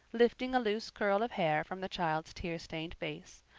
lifting a loose curl of hair from the child's tear-stained face.